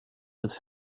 his